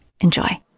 Enjoy